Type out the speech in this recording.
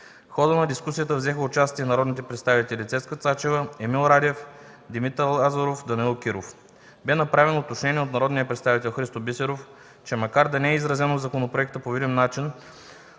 хода на дискусията взеха участие народните представители Цецка Цачева, Емил Радев, Димитър Лазаров, Данаил Киров. Бе направено уточнение от народния представител Христо Бисеров, че макар да не е изразено в законопроекта по видим начин,